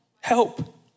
help